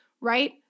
right